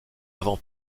avant